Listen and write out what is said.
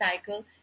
cycle